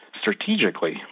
strategically